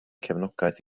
cefnogaeth